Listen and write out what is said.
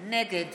נגד